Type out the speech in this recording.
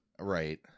Right